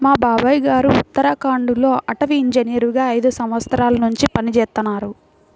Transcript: మా బాబాయ్ గారు ఉత్తరాఖండ్ లో అటవీ ఇంజనీరుగా ఐదు సంవత్సరాల్నుంచి పనిజేత్తన్నారు